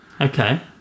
Okay